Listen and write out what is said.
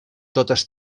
totes